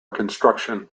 construction